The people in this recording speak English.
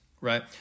right